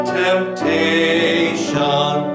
temptation